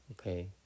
okay